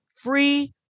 free